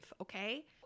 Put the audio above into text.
okay